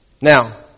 Now